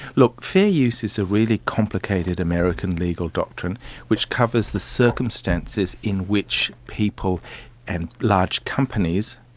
look, fair use is a really complicated american legal doctrine which covers the circumstances in which people and large companies,